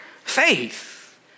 faith